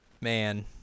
Man